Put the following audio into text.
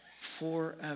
forever